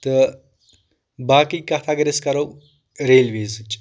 تہٕ باقٕے کتھ اگر أسۍ کرو ریلویزٕچ